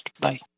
Bye